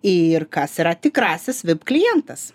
ir kas yra tikrasis vip klientas